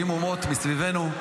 70 אומות מסביבנו,